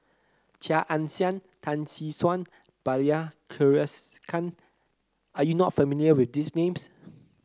Chia Ann Siang Tan Tee Suan Bilahari Kausikan are you not familiar with these names